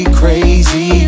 crazy